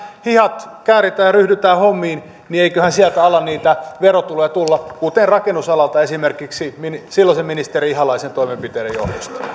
hihat ja ryhdytään hommiin niin eiköhän sieltä ala niitä verotuloja tulla kuten rakennusalalta esimerkiksi tuli silloisen ministeri ihalaisen toimenpiteiden johdosta